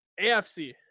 AFC